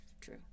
true